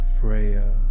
Freya